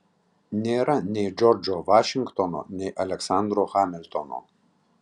nėra nei džordžo vašingtono nei aleksandro hamiltono